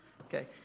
Okay